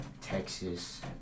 Texas